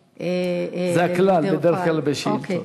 זה הכלל בדרך כלל בשאילתות.